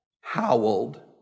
howled